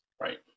right